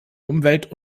umwelt